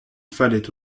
fallait